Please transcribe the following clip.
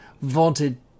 vaunted